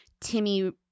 Timmy